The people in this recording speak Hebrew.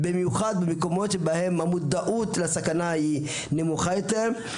במיוחד במקומות שבהם המודעות לסכנה היא נמוכה יותר.